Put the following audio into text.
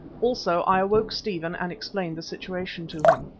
also i awoke stephen and explained the situation to him.